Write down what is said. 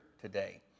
today